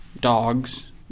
dogs